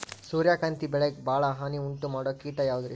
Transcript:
ಸೂರ್ಯಕಾಂತಿ ಬೆಳೆಗೆ ಭಾಳ ಹಾನಿ ಉಂಟು ಮಾಡೋ ಕೇಟ ಯಾವುದ್ರೇ?